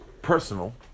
personal